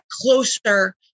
closer